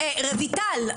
רויטל,